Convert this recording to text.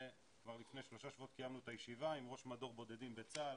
כבר לפני שלושה שבועות קיימנו את הישיבה עם ראש מדור בודדים בצה"ל,